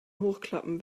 hochklappen